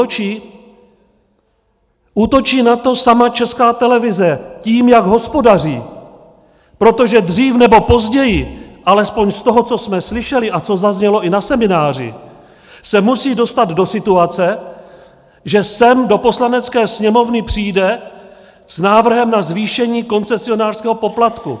Útočí na to sama Česká televize tím, jak hospodaří, protože dřív nebo později, alespoň z toho, co jsme slyšeli a co zaznělo i na semináři, se musí dostat do situace, že sem do Poslanecké sněmovny přijde s návrhem na zvýšení koncesionářského poplatku.